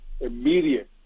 immediate